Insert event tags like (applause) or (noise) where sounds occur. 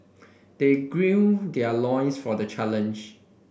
they (unintelligible) their loins for the challenge